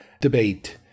debate